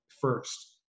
first